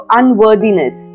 unworthiness